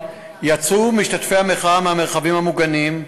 יצאו משתתפי המחאה מהמרחבים המוגנים,